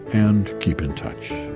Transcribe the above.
and keep in touch